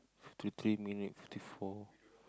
fifty three minute fifty four